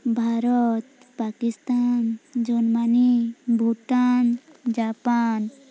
Bharat Pakistan Germany Bhutan Japan